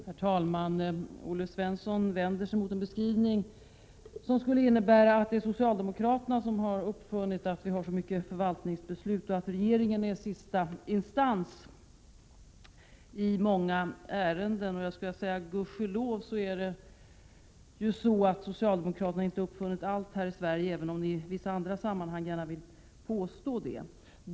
Herr talman! Olle Svensson vänder sig emot en beskrivning som skulle innebära att det är socialdemokraterna som har uppfunnit detta med att vi har så mycket av förvaltningsbeslut och att regeringen är sista instans i många ärenden. Gudskelov har ju ni socialdemokrater inte uppfunnit allt här i Sverige — även om ni i vissa andra sammanhang gärna vill påstå detta.